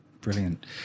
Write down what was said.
brilliant